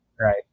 right